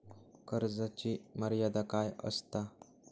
कर्जाची मर्यादा काय असता?